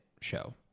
show